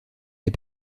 les